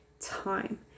time